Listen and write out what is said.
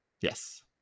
Yes